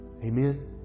Amen